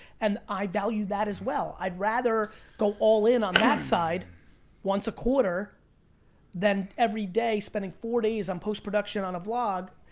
and i value that as well. i'd rather go all in on that side once a quarter than every day spending four days on post-production on a vlog.